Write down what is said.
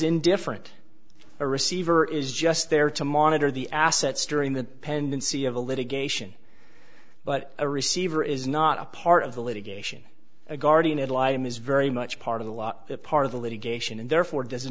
indifferent a receiver is just there to monitor the assets during the pendency of the litigation but a receiver is not a part of the litigation a guardian ad litum is very much part of the law part of the litigation and therefore does